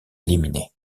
éliminé